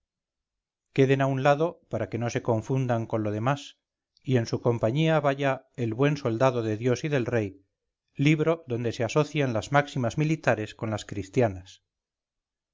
queden a un lado para que no se confundan con lo demás y en su compañía vaya el buen soldado de dios y del rey libro donde se asocian las máximas militares con las cristianas